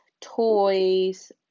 toys